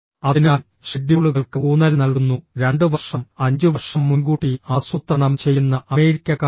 അതിനാൽ ഷെഡ്യൂളുകൾക്ക് ഊന്നൽ നൽകുന്നു 2 വർഷം 5 വർഷം മുൻകൂട്ടി ആസൂത്രണം ചെയ്യുന്ന അമേരിക്കക്കാരുണ്ട്